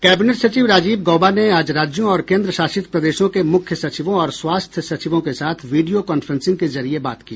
cabinet सचिव राजीव गौबा ने आज राज्यों और केंद्रशासित प्रदेशों के मुख्य सचिवों और स्वास्थ्य सचिवों के साथ वीडियों कांफ्रेंसिंग के जरिये बात की